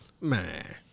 Man